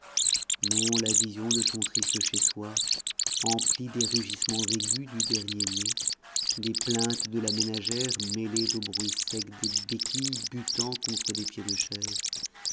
non la vision de son triste chez soi empli des rugissements aigus du dernier-né des plaintes de la ménagère mêlées au bruit sec des béquilles butant contre des pieds de chaise